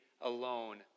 alone